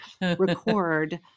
record